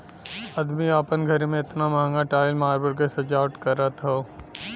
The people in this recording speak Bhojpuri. अदमी आपन घरे मे एतना महंगा टाइल मार्बल के सजावट करत हौ